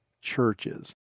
churches